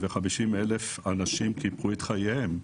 ו-50,000 אנשים קיפחו את חייהם.